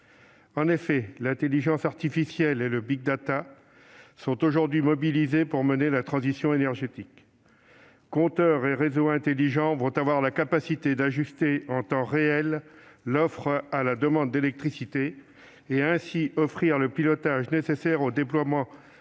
En effet, l'intelligence artificielle et le sont aujourd'hui mobilisés pour mener la transition énergétique. Compteurs et réseaux intelligents vont avoir la capacité d'ajuster en temps réel l'offre à la demande d'électricité et, ainsi, d'offrir le pilotage nécessaire au déploiement d'énergies